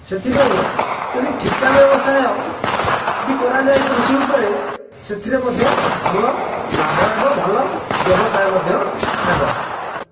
ସେଥିପାଇଁ ଯଦି ଠିକା ବ୍ୟବସାୟ ବି କରାଯାଏ କୃଷି ଉପରେ ସେଥିରେ ମଧ୍ୟ ଭଲ ଲାଭ ହେବ ଭଲ ବ୍ୟବସାୟ ମଧ୍ୟ ହେବ